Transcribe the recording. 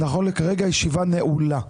נכון לכרגע הישיבה נעולה.